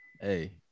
hey